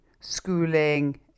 schooling